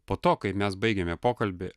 po to kai mes baigėme pokalbį